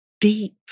deep